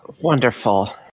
Wonderful